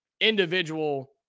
individual